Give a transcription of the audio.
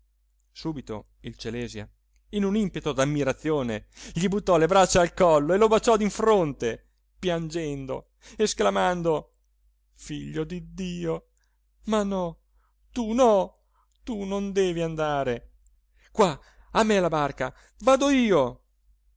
subito il celèsia in un impeto d'ammirazione gli buttò le braccia al collo e lo baciò in fronte piangendo esclamando figlio di dio ma no tu no tu non devi andare qua a me la barca vado io